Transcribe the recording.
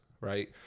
right